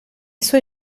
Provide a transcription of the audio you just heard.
suoi